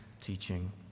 teaching